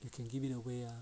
you can give it away